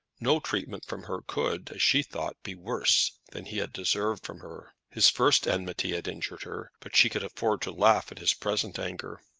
no treatment from her could, as she thought, be worse than he had deserved from her. his first enmity had injured her, but she could afford to laugh at his present anger.